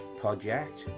project